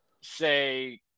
say